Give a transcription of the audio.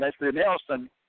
Nelson